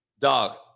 Dog